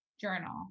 journal